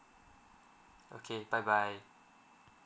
okay bye bye